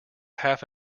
half